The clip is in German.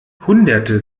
hunderte